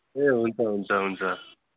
ए हुन्छ हुन्छ हुन्छ